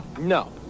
no